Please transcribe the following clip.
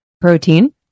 protein